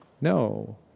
No